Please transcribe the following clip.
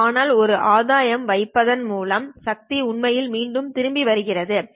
ஆனால் ஒரு ஆதாயம் வைப்பதால் சக்தி உண்மையில் மீண்டும் திரும்பி வருகிறது சரி